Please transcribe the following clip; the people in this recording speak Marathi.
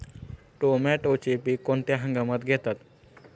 टोमॅटोचे पीक कोणत्या हंगामात घेतात?